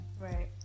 right